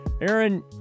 Aaron